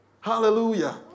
Hallelujah